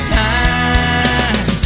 time